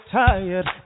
tired